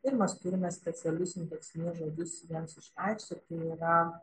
ir mes turime specialius indeksinius žodžius jiems išreikšti tai yra